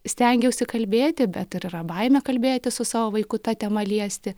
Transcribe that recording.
stengiausi kalbėti bet ir yra baimė kalbėtis su savo vaiku ta tema liesti